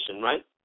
right